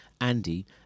Andy